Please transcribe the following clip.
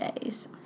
days